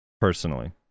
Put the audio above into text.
personally